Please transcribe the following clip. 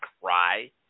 cry